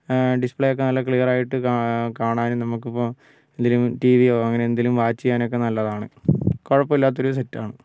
display ഒക്കെ നല്ല clear ആയിട്ട് കാണാനും നമ്മൾക്കിപ്പോൾ ടി വിയോ അങ്ങനെ എന്തെങ്കിലും വാച്ച് ചെയ്യാൻ ഒക്കെ നല്ലതാണ് കുഴപ്പമില്ലാത്തൊരു സെറ്റാണ്